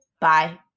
bye